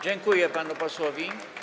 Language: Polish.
Dziękuję panu posłowi.